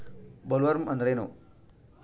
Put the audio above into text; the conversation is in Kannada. ಬೊಲ್ವರ್ಮ್ ಅಂದ್ರೇನು?